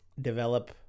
develop